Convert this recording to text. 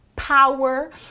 Power